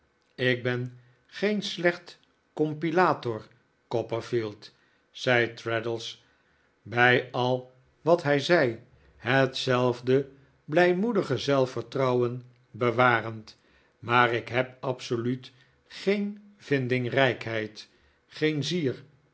ik ben geen slecht compilator copperfield zei traddles bij al wat hij zei hetzelfde blijmoedige zelfvertrouwen bewarend maar ik heb absoluut geen vindingrijkheid geen zier